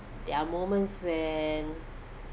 there're moments when